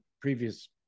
previous